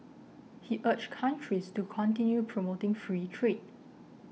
he urged countries to continue promoting free trade